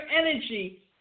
energy